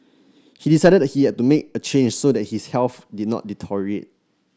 he decided he had to make a change so that his health did not deteriorate